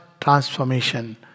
transformation